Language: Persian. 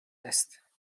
است